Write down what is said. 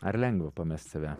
ar lengva pamest save